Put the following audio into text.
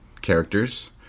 characters